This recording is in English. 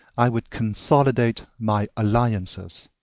i would consolidate my alliances.